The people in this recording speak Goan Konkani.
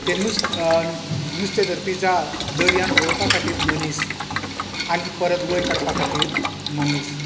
तें नुस् नुस्तें धरपी जाळ दर्यान व्हरून उडोवपा खातीर मनीस आनी परत वयर काडपा खातीर मनीस